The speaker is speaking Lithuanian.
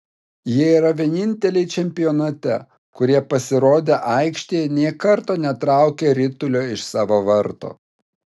jie yra vieninteliai čempionate kurie pasirodę aikštėje nė karto netraukė ritulio iš savo vartų